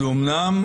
זו אמנם